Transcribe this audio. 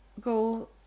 go